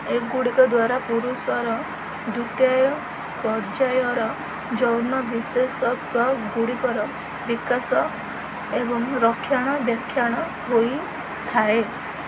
ଏଗୁଡ଼ିକ ଦ୍ଵାରା ପୁରୁଷର ଦ୍ଵିତୀୟ ପର୍ଯ୍ୟାୟର ଯୌନ ବିଶେଷତ୍ଵ ଗୁଡ଼ିକର ବିକାଶ ଏବଂ ରକ୍ଷଣାବେକ୍ଷଣ ହୋଇଥାଏ